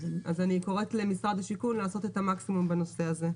אז אני קוראת למשרד השיכון לעשות את המקסימום בנושא הזה.